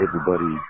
everybody